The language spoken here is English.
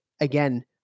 Again